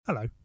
Hello